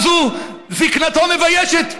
אז זקנתו מביישת.